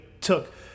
took